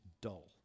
dull